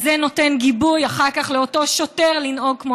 זה נותן גיבוי אחר כך לאותו שוטר לנהוג כמו